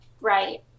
right